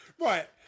Right